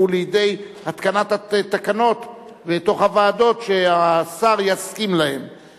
לידי התקנת התקנות שהשר יסכים להן בוועדות.